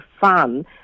fun